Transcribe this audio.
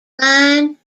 line